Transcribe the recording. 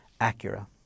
Acura